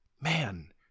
Man